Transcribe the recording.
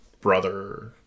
brother